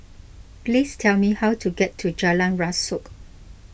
please tell me how to get to Jalan Rasok